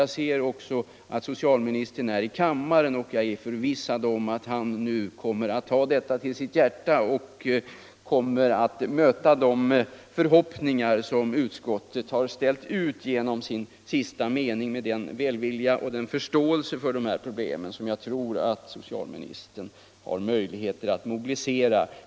Jag ser också att socialministern är i kammaren. Jag är förvissad om att han nu kommer att ta detta till sitt hjärta och kommer att möta de förhoppningar. som utskottet givit upphov till genom denna skrivning, med den välvilja och förståelse som socialministern säkerligen har möjligheter att mobilisera.